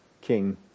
king